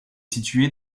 située